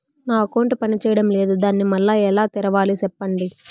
నా అకౌంట్ పనిచేయడం లేదు, దాన్ని మళ్ళీ ఎలా తెరవాలి? సెప్పండి